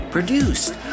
Produced